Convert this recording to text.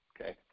Okay